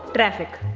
traffic.